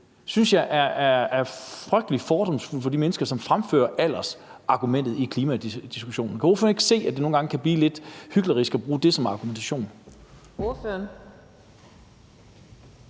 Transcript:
synes jeg er frygtelig fordomsfuld af de mennesker, som fremfører aldersargumentet i klimadiskussionen. Kan ordføreren ikke se, at det nogle gange kan blive lidt hyklerisk at bruge det som argumentation? Kl.